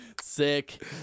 sick